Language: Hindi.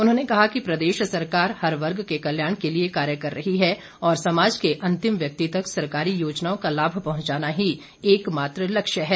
उन्होंने कहा कि प्रदेश सरकार हर वर्ग के कल्याण के लिए कार्य कर रही है और समाज के अंतिम व्यक्ति तक सरकारी योजनाओं का लाभ पहुंचाना ही एक मात्र लक्ष्य है